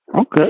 Okay